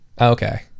Okay